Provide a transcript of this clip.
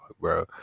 bro